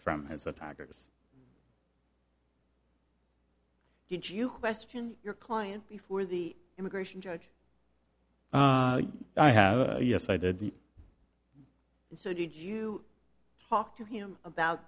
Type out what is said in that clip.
from his attackers did you question your client before the immigration judge i have yes i did so did you talk to him about